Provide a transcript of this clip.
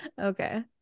Okay